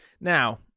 Now